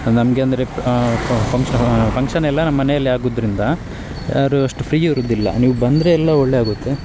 ನಮಗೆ ಅಂದರೆ function function ಎಲ್ಲ ನಮ್ಮ ಮನೆಯಲ್ಲೇ ಆಗುದರಿಂದ ಯಾರು ಅಷ್ಟು ಫ್ರೀ ಇರುವುದಿಲ್ಲ ನೀವು ಬಂದರೆ ಎಲ್ಲ ಒಳ್ಳೆ ಆಗುತ್ತೆ